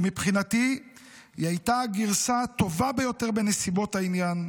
ומבחינתי היא הייתה הגרסה טובה ביותר בנסיבות העניין,